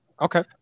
Okay